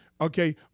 Okay